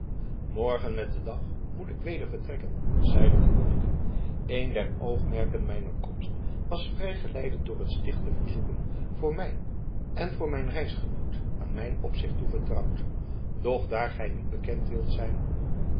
morgen met den dag moet ik weder vertrekken zeide de monnik een der oogmerken mijner komst was vrijgeleide door het sticht te verzoeken voor mij en voor een reisgenoot aan mijn opzicht toevertrouwd doch daar gij niet bekend wilt zijn